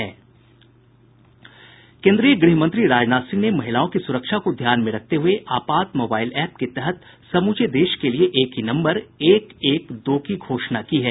केन्द्रीय गृहमंत्री राजनाथ सिंह ने महिलाओं की सुरक्षा को ध्यान में रखते हुए आपात मोबाइल एप के तहत समूचे देश के लिए एक ही नम्बर एक एक दो की घोषणा की है